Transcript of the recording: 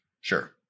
Sure